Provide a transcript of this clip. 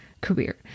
career